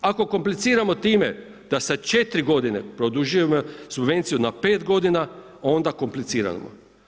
Ako kompliciramo time da sa četiri godine produžujemo subvenciju na pet godina, onda kompliciramo.